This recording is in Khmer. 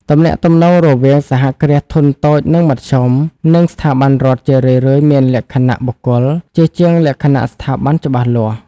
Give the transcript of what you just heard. ទំនាក់ទំនងរវាង សហគ្រាសធុនតូច និងមធ្យម និងស្ថាប័នរដ្ឋជារឿយៗមានលក្ខណៈបុគ្គល ជាជាងលក្ខណៈស្ថាប័នច្បាស់លាស់។